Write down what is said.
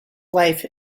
life